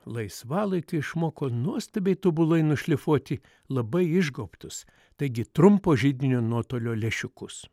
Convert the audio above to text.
laisvalaikiu išmoko nuostabiai tobulai nušlifuoti labai išgaubtus taigi trumpo židinio nuotolio lęšiukus